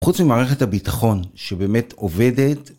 ‫חוץ ממערכת הביטחון שבאמת עובדת,